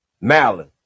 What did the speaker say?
Malin